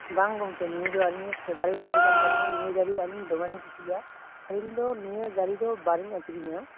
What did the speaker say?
ᱵᱟᱝ ᱜᱚᱝᱠᱮ ᱱᱤᱭᱟᱹ ᱫᱚ ᱟᱞᱤᱧᱟᱜ ᱯᱷᱮᱵᱟᱨᱮᱴ ᱜᱟᱹᱰᱤ ᱠᱟᱱ ᱛᱟᱞᱤᱧᱟ ᱱᱤᱭᱟᱹ ᱜᱟᱹᱰᱤ ᱟᱹᱞᱤᱧ ᱫᱚᱢᱮᱞᱤᱧ ᱠᱩᱥᱤᱭᱟᱜᱼᱟ ᱟᱹᱞᱤᱧ ᱫᱚ ᱱᱤᱭᱟᱹ ᱜᱟᱹᱰᱤ ᱫᱚ ᱵᱟᱞᱤᱧ ᱟᱠᱷᱨᱤᱧᱟ